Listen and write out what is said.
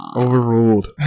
Overruled